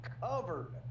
covered